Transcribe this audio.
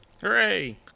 Hooray